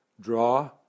draw